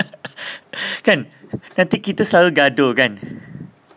kan kan kita selalu gaduh kan